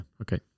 okay